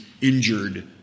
injured